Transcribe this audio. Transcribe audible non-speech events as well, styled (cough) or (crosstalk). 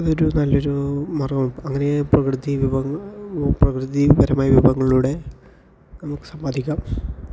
അതൊരു നല്ലൊരു (unintelligible) അങ്ങനെ പ്രകൃതിവിഭവ പ്രകൃതിപരമായ വിഭവങ്ങളുടെ ഫ്രൂട്ട്സ് അധികം